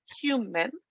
human